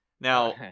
Now